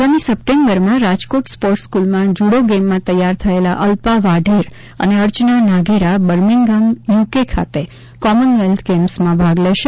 આગામી સપ્ટેમ્બરમાં રાજકોટ સ્પોર્ટ્સ સ્કૂલમાં જુડો ગેમમાં તૈયાર થયેલ અલ્પા વાઢેર અને અર્ચના નાઘેરા ર્બમિંગહામ યુકે ખાતે કોમન વેલ્થ ગેમ્સમાં ભાગ લેશે